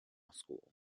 school